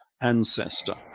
ancestor